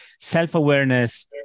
self-awareness